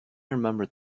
remembered